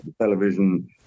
television